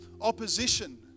opposition